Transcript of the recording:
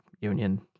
union